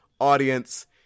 audience